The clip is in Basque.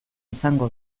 izango